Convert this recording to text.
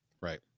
Right